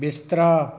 ਬਿਸਤਰਾ